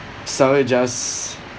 sorry just